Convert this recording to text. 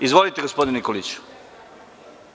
Izvolite, gospodine Nikoliću.